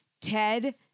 Ted